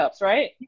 right